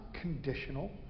conditional